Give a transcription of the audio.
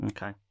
Okay